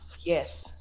Yes